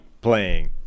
playing